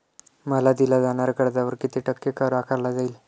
मला दिल्या जाणाऱ्या कर्जावर किती टक्के कर आकारला जाईल?